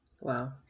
Wow